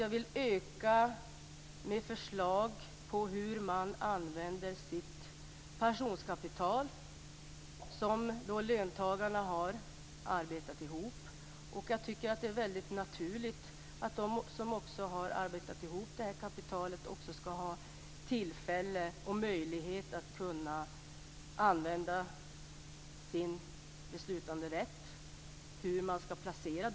Jag vill utöka den med förslag om användningen av det pensionskapital som löntagarna har arbetat ihop. Jag tycker att det är väldigt naturligt att de som har arbetat ihop detta kapital också skall få rätt att besluta om hur de pengarna skall placeras.